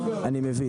אני מבין.